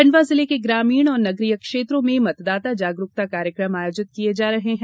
खंडवा जिले के ग्रामीण और नगरीय क्षेत्रों में मतदाता जागरूकता कार्यक्रम आयोजित किये जा रहे हैं